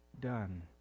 done